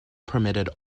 permitted